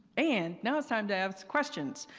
and, now it's time to ask questions.